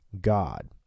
God